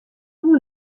hoe